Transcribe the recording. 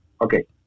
Okay